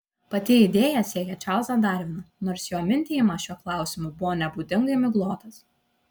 pati idėja siekia čarlzą darviną nors jo mintijimas šiuo klausimu buvo nebūdingai miglotas